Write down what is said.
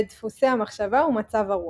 בדפוסי המחשבה ומצב הרוח.